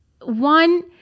One